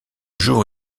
jour